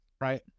right